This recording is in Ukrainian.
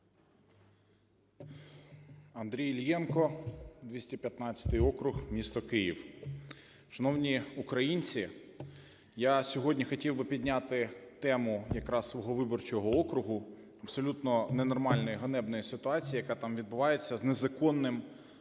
Андрій Іллєнко, 215 округ, місто Київ. Шановні українці, я сьогодні хотів би підняти тему якраз свого виборчого округу. Абсолютно ненормальна, ганебна ситуація, яка там відбувається, з незаконним,